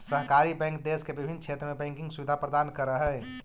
सहकारी बैंक देश के विभिन्न क्षेत्र में बैंकिंग सुविधा प्रदान करऽ हइ